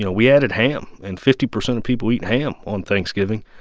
you know we added ham, and fifty percent of people eat ham on thanksgiving.